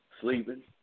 sleeping